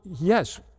yes